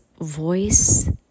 voice